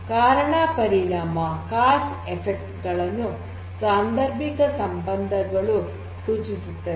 ಕಾರಣ ಪರಿಣಾಮ cause effect ಗಳನ್ನು ಸಾಂಧರ್ಬಿಕ ಸಂಬಂಧಗಳು ಸೂಚಿಸುತ್ತವೆ